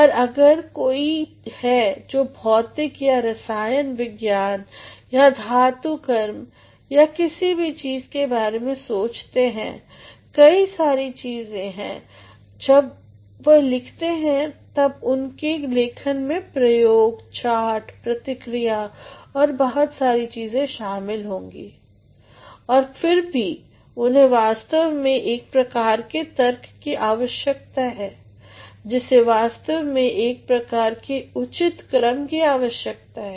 पर अगर कोई है जो भौतिक या रसायन विज्ञान या धातुकर्म या किसी भी चीज़ के बारे में सोचते हैं कई सारे चीज़ें और जब वह लिखते हैं तब उनके लेखन में प्रयोग चार्ट प्रतिक्रिया और बहुत सारे चीज़ें शामिल होंगी और फिर भी उन्हें वास्तव में एक प्रकार के तर्क कि आवश्यकता है जिसे वास्तव में एक प्रकार के उचित क्रम कि आवश्यकता है